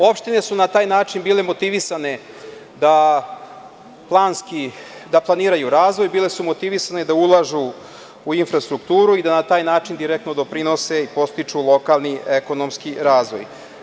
Opštine su na taj način bile motivisane da planiraju razvoj, bile su motivisane da ulažu u infrastrukturu i na taj način direktno da doprinose i podstiču lokalni ekonomski razvoj.